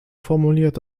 formuliert